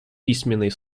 письменный